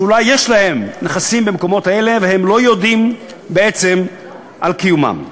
אולי יש להם נכסים במקומות האלה והם לא יודעים בעצם על קיומם.